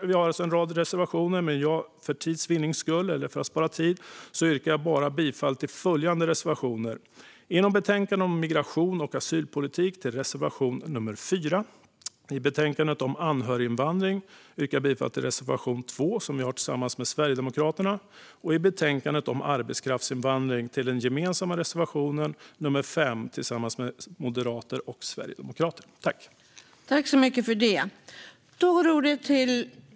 Vi har en rad reservationer, men för att spara tid yrkar jag bifall endast till reservation 4 i betänkandet om migration och asylpolitik, till reservation 2, som vi har tillsammans med Sverigedemokraterna, i betänkandet om anhöriginvandring och till den gemensamma reservationen 5 - tillsammans med Moderaterna och Sverigedemokraterna - i betänkandet om arbetskraftsinvandring.